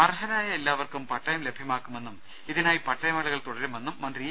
അർഹരായ എല്ലാവർക്കും പട്ടയം ലഭ്യമാക്കുമെന്നും ഇതിനായി പട്ടയമേളകൾ തുടരുമെന്നും മന്ത്രി ഇ